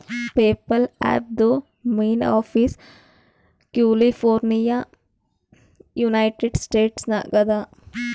PayPal ಆ್ಯಪ್ದು main office California United States ನಾಗ್ ಅದಾ